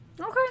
Okay